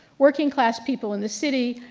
working class people in the city,